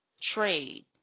trade